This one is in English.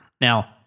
Now